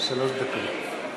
שלוש דקות.